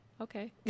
okay